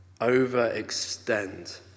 overextend